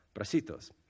Bracitos